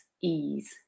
ease